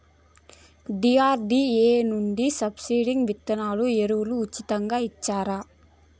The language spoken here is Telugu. డి.ఆర్.డి.ఎ నుండి సబ్సిడి విత్తనాలు ఎరువులు ఉచితంగా ఇచ్చారా?